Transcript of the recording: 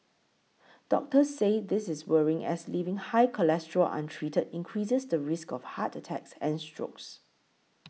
doctors say this is worrying as leaving high cholesterol untreated increases the risk of heart attacks and strokes